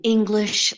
English